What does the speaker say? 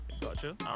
Gotcha